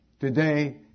Today